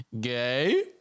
Gay